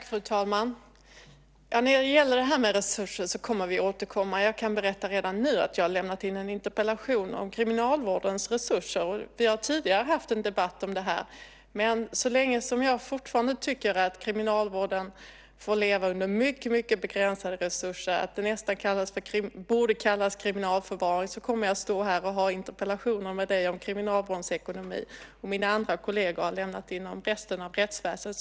Fru talman! När det gäller resurserna kommer vi att återkomma. Jag kan berätta redan nu att jag har lämnat in en interpellation om kriminalvårdens resurser, och vi har tidigare haft en debatt om detta. Men så länge jag fortfarande tycker att kriminalvården får leva under mycket begränsade resurser att det nästan borde kallas kriminalförvaring kommer jag att stå här och delta i interpellationsdebatter med justitieministern om kriminalvårdens ekonomi. Och mina andra kolleger har lämnat in interpellationer om resten av rättsväsendet.